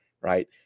right